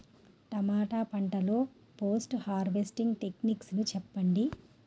టమాటా పంట లొ post harvesting techniques చెప్పండి?